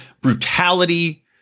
brutality